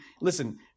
Listen